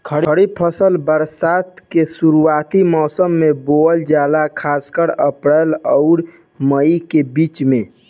खरीफ फसल बरसात के शुरूआती मौसम में बोवल जाला खासकर अप्रैल आउर मई के बीच में